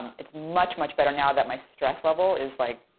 it's much, much better now that my stress level is, like,